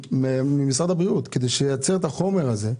ממשרד הבריאות כדי שייצר את החומר הזה,